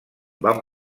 van